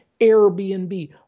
Airbnb